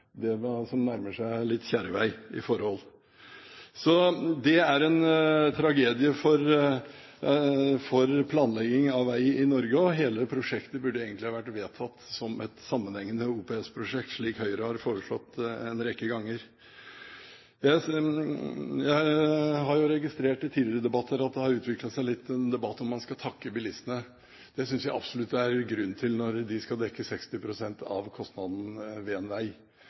det som da nærmer seg litt kjerrevei. Det er en tragedie for planlegging av vei i Norge, og hele prosjektet burde egentlig vært vedtatt som et sammenhengende OPS-prosjekt, slik Høyre har foreslått en rekke ganger. Jeg har jo registrert i debatter at det litt har utviklet seg til en debatt om man skal takke bilistene. Det synes jeg absolutt det er grunn til når de skal dekke 60 pst. av kostnadene ved en vei,